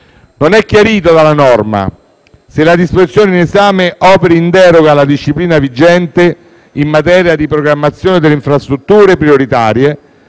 non è chiarito dalla norma se la disposizione in esame operi in deroga alla disciplina vigente in materia di programmazione delle infrastrutture prioritarie,